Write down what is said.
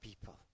people